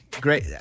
Great